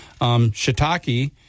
Shiitake